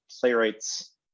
playwrights